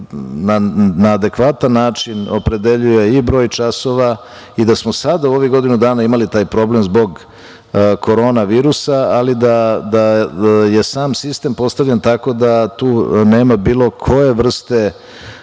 na adekvatan način opredeljuje i broj časova i da smo sada u ovih godinu dana imali taj problem zbog korona virusa, ali da je sam sistem postavljen tako da tu nema bilo koje vrste